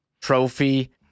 trophy